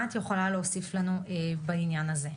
מה את יכולה להוסיף לנו בעניין הזה?